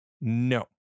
No